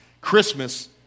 Christmas